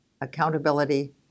accountability